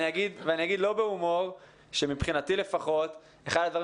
אני אומר לא בהומור שמבחינתי לפחות אחד הדברים